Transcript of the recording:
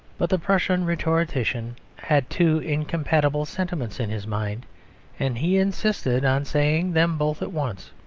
but the prussian rhetorician had two incompatible sentiments in his mind and he insisted on saying them both at once.